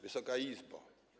Wysoka Izbo!